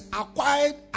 acquired